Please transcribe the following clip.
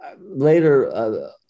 Later